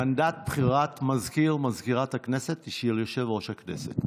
מנדט בחירת מזכיר או מזכירת הכנסת היא של יושב-ראש הכנסת.